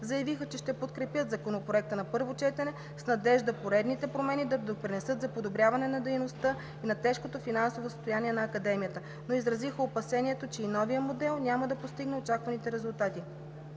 Заявиха, че ще подкрепят Законопроекта на първо четене с надежда поредните промени да допринесат за подобряване на дейността и на тежкото финансово състояние на Академията, но изразиха опасението, че и новият модел няма да постигне очакваните резултати.